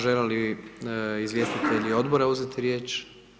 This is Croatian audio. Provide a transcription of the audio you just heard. Žele li izvjestitelji odbora uzeti riječ?